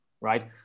right